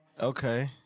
Okay